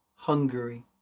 Hungary